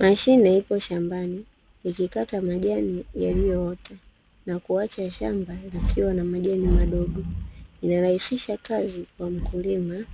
Mashine ipo shambani, ikikata majani yaliyoota na kuacha shamba likiwa na majani madogo. Inarahisisha kazi kwa mkulima